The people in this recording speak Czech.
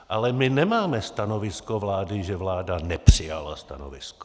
Ale my nemáme stanovisko vlády, že vláda nepřijala stanovisko.